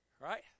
right